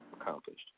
Accomplished